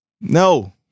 No